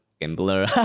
gambler